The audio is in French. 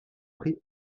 prix